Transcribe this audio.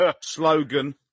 Slogan